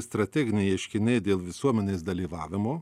strateginiai ieškiniai dėl visuomenės dalyvavimo